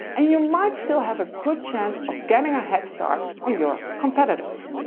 and you might still have a good chance of getting a head start on your competitors!